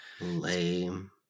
Lame